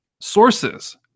Sources